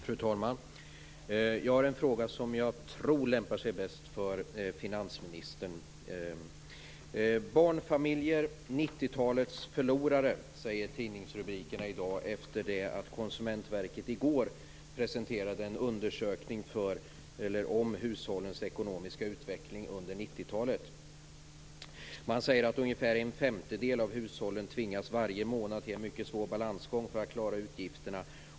Fru talman! Jag har en fråga som jag tror lämpar sig bäst för finansministern. Barnfamiljer - 90-talets förlorare, säger tidningsrubrikerna i dag efter det att Konsumentverket i går presenterade en undersökning om hushållens ekonomiska utveckling under 90-talet. Ungefär en femtedel av hushållen tvingas varje månad till en mycket svår balansgång för att klara utgifterna.